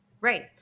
Right